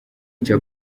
cya